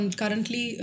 currently